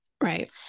right